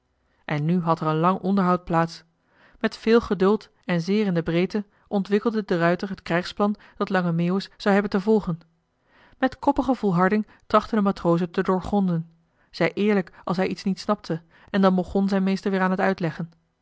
en nu had er een lang onderhoud plaats met veel geduld en zeer in den breede ontwikkelde de ruijter het krijgsplan dat lange meeuwis zou hebben te volgen met koppige volharding trachtte de matroos het te doorgronden zei eerlijk als hij iets niet snapte en dan begon zijn meester weer aan het uitleggen